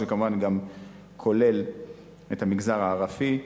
שזה כמובן גם כולל את המגזר הערבי.